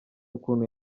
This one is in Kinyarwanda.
ukuntu